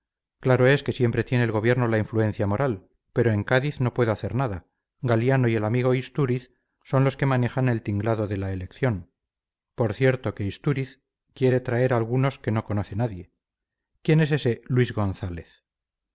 claro es que siempre tiene el gobierno la influencia moral pero en cádiz no puedo hacer nada galiano y el amigo istúriz son los que manejan el tinglado de la elección por cierto que istúriz quiere traer algunos que no conoce nadie quién es ese luis gonzález